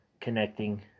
connecting